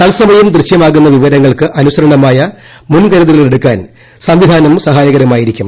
തൽസമയം ദൃശ്യമാകുന്ന വിവരങ്ങൾക്ക് അനുസരണമായ മുൻകരുതലുകളെടുക്കാൻ സ്ട്വിധാനം സഹായകമായിരിക്കും